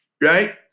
right